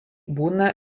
būna